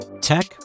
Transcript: Tech